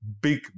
big